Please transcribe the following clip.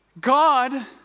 God